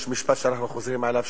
יש משפט שאנחנו חוזרים עליו,